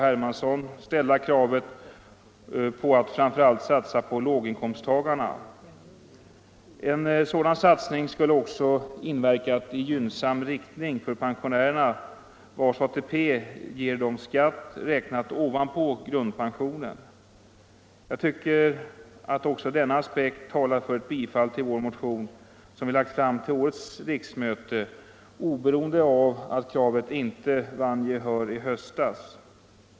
Hermansson ställda kravet att framför allt satsa på låginkomsttagarna. En sådan satsning skulle också ha verkat i gynnsam riktning för de pensionärer vars ATP ger dem skatt, räknad ovanpå grundpensionen. Jag tycker att också denna aspekt talar för ett bifall till vår motion till årets riksmöte, oberoende av att kravet inte vann gehör i höstas.